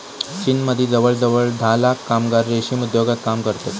चीनमदी जवळजवळ धा लाख कामगार रेशीम उद्योगात काम करतत